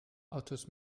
autos